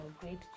great